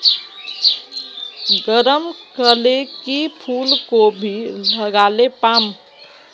गरम कले की फूलकोबी लगाले पाम?